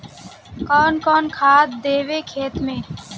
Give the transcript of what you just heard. कौन कौन खाद देवे खेत में?